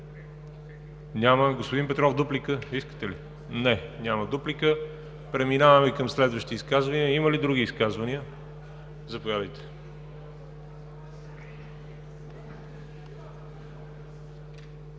Няма. Господин Петров, дуплика искате ли? Няма дуплика. Преминаваме към следващи изказвания. Има ли други изказвания? Заповядайте,